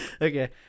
Okay